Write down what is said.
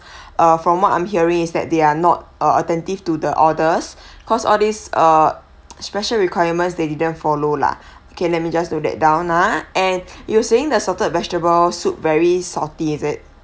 uh from what I'm hearing is that they are not uh attentive to the orders because all this uh special requirements they didn't follow lah okay let me just note that down ah and you were saying the salted vegetable soup very salty is it